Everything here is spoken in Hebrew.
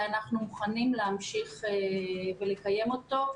ואנחנו מוכנים להמשיך ולקיים אותו,